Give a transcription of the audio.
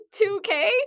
2K